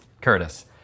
Curtis